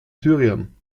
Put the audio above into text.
syrien